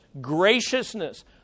graciousness